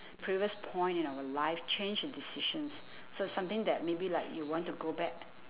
previous point in our life change a decisions so it's something that maybe like you want to go back